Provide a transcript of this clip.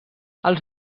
els